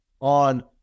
on